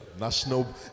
National